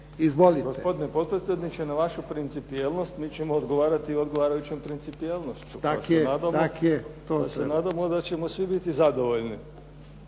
(SDP)** Gospodine potpredsjedniče, na vašu principijelnost mi ćemo odgovarati odgovarajućom principijelnošću, pa se nadamo d ćemo svi biti zadovoljni.